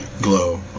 glow